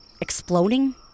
exploding